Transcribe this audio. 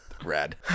rad